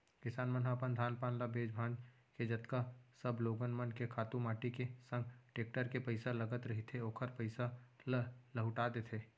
किसान मन ह अपन धान पान ल बेंच भांज के जतका सब लोगन मन के खातू माटी के संग टेक्टर के पइसा लगत रहिथे ओखर पइसा ल लहूटा देथे